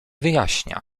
wyjaśnia